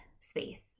space